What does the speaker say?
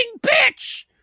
bitch